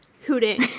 hooting